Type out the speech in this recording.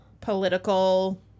political